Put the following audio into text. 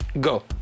go